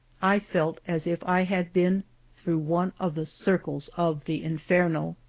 i felt as if i had been through one of the circles of the inferno.